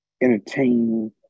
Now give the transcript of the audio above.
entertain